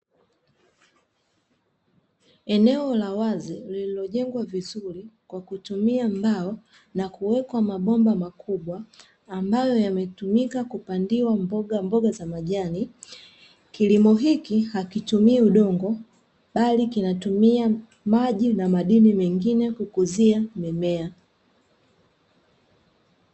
Eneo la wazi lililojengwa vizuri kwa kutumia mbao na kuwekwa mabomba makubwa, ambayo yametumika kupandiwa mboga mboga za majani. Kilimo hiki hakitumii udongo, bali kinatumia maji na madini mengine kukuzia mimea.